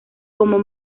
como